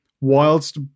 whilst